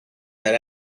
are